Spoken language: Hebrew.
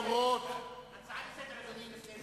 הצעה לסדר, אדוני.